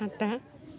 आगदा